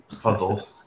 puzzle